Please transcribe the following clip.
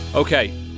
Okay